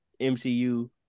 MCU